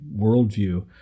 worldview